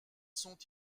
sont